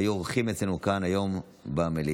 שהיו אורחים אצלנו כאן היום במליאה.